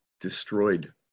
destroyed